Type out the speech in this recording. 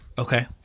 Okay